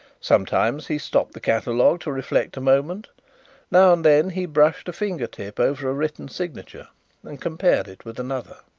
sometimes he stopped the catalogue to reflect a moment now and then he brushed a finger-tip over a written signature and compared it with another.